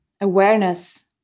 awareness